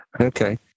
Okay